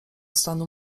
stanu